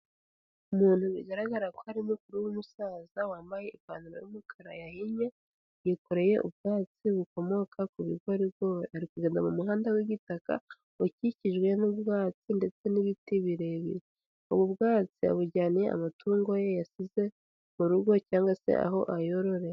Umuntu bigaragara ko hari mukuru w'umusaza wambaye ipantaro y'umukara yahinye, yikoreye ubwatsi bukomoka ku bigorigori. Ari kugenda mu muhanda w'igitaka, ukikijwe n'ubwatsi ndetse n'ibiti birebire. Ubu bwatsi abujyaniye amatungo ye yasize, mu rugo cyangwa se aho ayororera.